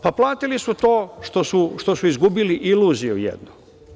Platili su to što su izgubili iluziju jednu.